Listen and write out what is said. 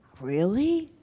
really?